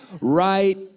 right